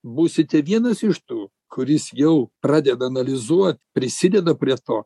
būsite vienas iš tų kuris jau pradeda analizuot prisideda prie to